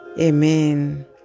Amen